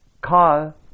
car